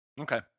Okay